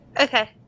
Okay